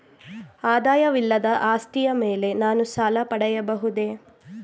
ಆದಾಯವಿಲ್ಲದ ಆಸ್ತಿಯ ಮೇಲೆ ನಾನು ಸಾಲ ಪಡೆಯಬಹುದೇ?